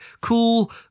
cool